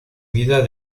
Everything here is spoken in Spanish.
vida